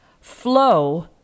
Flow